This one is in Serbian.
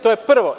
To je prvo.